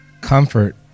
Comfort